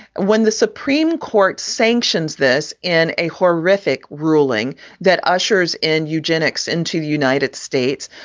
when the supreme court sanctions this in a horrific ruling that ushers in eugenics into the united states,